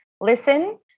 listen